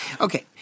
Okay